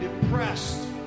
depressed